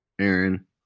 Aaron